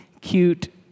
cute